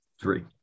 three